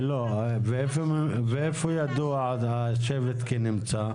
ואיפה ידוע השבט כנמצא?